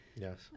yes